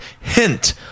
hint